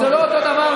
זה לא אותו דבר.